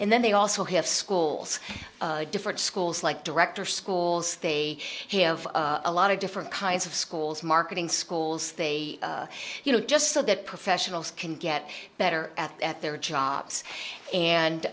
and then they also have schools different schools like director schools they have a lot of different kinds of schools marketing schools they you know just so that professionals can get better at their jobs and